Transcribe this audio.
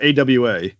AWA